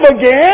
again